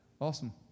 Awesome